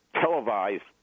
televised